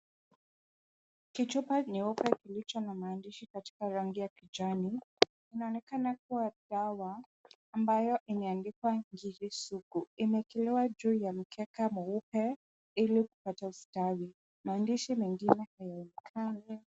Kichupa nyeupe kilicho na maandishi katika rangi ya kijani, inaonekana kuwa dawa ambayo imeandikwa ngiri sugu. imewekelewa juu ya mkeka mweupe ili kupata ustawi. Maandishi mengine hayaonekani.